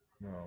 No